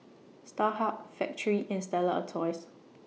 Starhub Factorie and Stella Artois